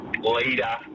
leader